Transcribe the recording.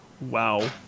Wow